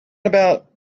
about